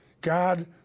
God